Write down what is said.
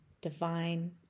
divine